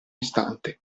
istante